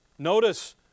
Notice